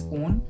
own